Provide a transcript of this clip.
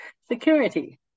security